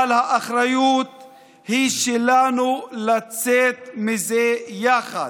אבל האחריות היא שלנו לצאת מזה יחד,